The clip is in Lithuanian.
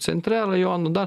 centre rajono dar